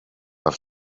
per